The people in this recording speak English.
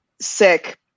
Sick